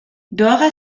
dora